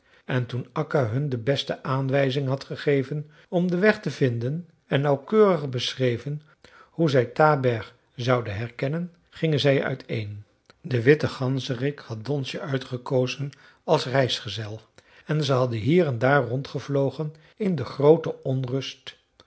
en toen akka hun de beste aanwijzingen had gegeven om den weg te vinden en nauwkeurig beschreven hoe zij taberg zouden herkennen gingen zij uiteen de witte ganzerik had donsje uitgekozen als reisgezel en ze hadden hier en daar rondgevlogen in de grootste onrust